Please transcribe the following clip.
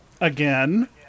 Again